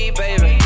baby